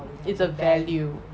it's a value